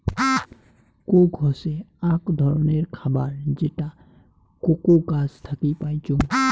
Coke হসে আক ধররনের খাবার যেটা কোকো গাছ থাকি পাইচুঙ